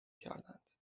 کردند